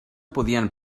podien